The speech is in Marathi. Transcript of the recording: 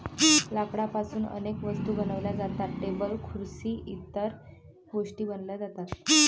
लाकडापासून अनेक वस्तू बनवल्या जातात, टेबल खुर्सी इतर गोष्टीं बनवल्या जातात